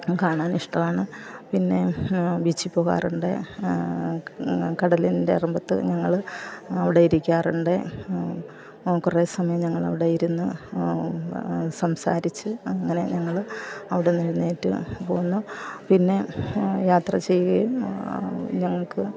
കാണാൻ ഇഷ്ടമാണ് പിന്നേ ബീച്ചിപ്പോവാറൊണ്ട് കടലിൻ്റെറമ്പത്ത് ഞങ്ങള് അവടിരിക്കാറൊണ്ട് കൊറേ സമയം ഞങ്ങളവടെ ഇര്ന്ന് സംസാരിച്ച് അങ്ങനെ ഞങ്ങള് അവിടന്ന് എഴ്ന്നേറ്റ് പോന്നു പിന്നെ യാത്ര ചെയ്കേം ഞങ്ങക്ക്